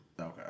Okay